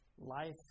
life